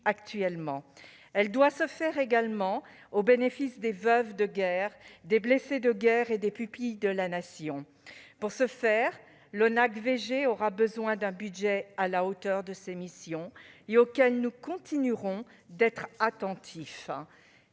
actuellement. Elle doit se faire également au bénéfice des veuves de guerre, des blessés de guerre et des pupilles de la Nation. Pour ce faire, l'ONACVG aura besoin d'un budget à la hauteur de ses missions et auquel nous continuerons d'être attentifs.